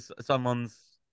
someone's